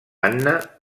anna